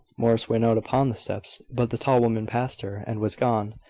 morris went out upon the steps, but the tall woman passed her, and was gone.